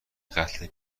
قتل